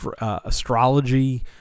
astrology